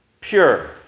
pure